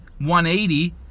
180